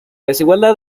desigualdad